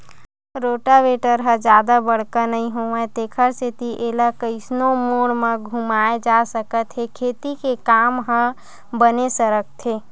rotavator ह जादा बड़का नइ होवय तेखर सेती एला कइसनो मोड़ म घुमाए जा सकत हे खेती के काम ह बने सरकथे